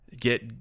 get